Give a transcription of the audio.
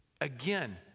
again